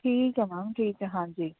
ਠੀਕ ਆ ਮੈਮ ਠੀਕ ਆ ਹਾਂਜੀ